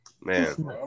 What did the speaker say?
Man